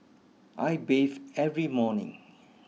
I bathe every morning